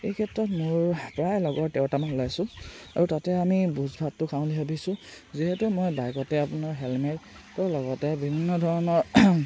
এই ক্ষেত্ৰত মোৰ প্ৰায় লগৰ তেৰটামান ওলাইছোঁ আৰু তাতে আমি ভোজ ভাতটো খাওঁ বুলি ভাবিছোঁ যিহেতু মই বাইকতে আপোনাৰ হেলমেটৰ লগতে বিভিন্ন ধৰণৰ